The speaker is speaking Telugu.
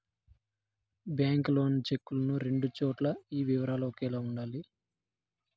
బ్యాంకు లోను చెక్కులను రెండు చోట్ల ఈ వివరాలు ఒకేలా ఉండాలి